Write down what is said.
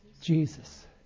Jesus